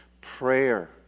prayer